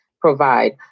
provide